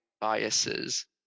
biases